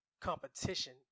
competition